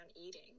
eating